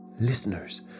Listeners